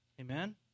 Amen